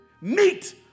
meet